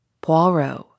Poirot